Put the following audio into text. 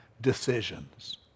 decisions